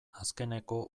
azkeneko